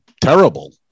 terrible